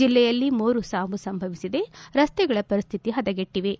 ಜಿಲ್ಲೆಯಲ್ಲಿ ಮೂರು ಸಾವು ಸಂಭವಿಸಿದೆ ರಸ್ತೆಗಳ ಪರಿಸ್ಥಿತಿ ಪದಗೆಟ್ಟಿವೆ